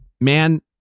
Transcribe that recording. man